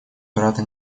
брата